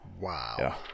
Wow